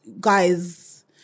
guys